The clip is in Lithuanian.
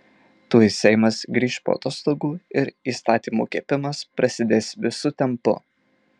tuoj seimas grįš po atostogų ir įstatymų kepimas prasidės visu tempu